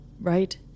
right